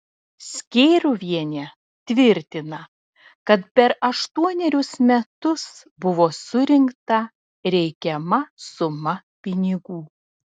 skėruvienė tvirtina kad per aštuonerius metus buvo surinkta reikiama suma pinigų